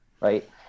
right